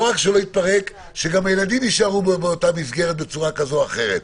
לא רק שלא יתפרק גם שהילדים יישארו באותה מסגרת בצורה כזו או אחרת,